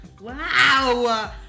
wow